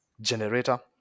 generator